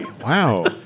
wow